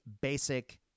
basic